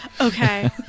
Okay